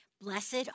Blessed